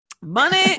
Money